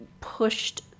pushed